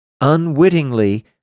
unwittingly